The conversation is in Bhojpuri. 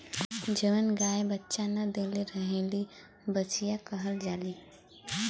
जवन गाय बच्चा न देले रहेली बछिया कहल जाली